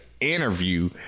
Interview